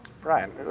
Brian